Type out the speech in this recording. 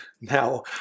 Now